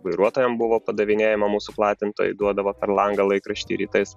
vairuotojam buvo padavinėjama mūsų platintojai duodavo per langą laikraštį rytais